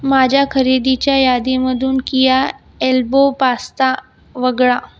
माझ्या खरेदीच्या यादीमधून किया एल्बो पास्ता वगळा